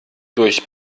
durch